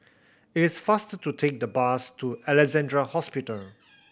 it is faster to take the bus to Alexandra Hospital